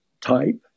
type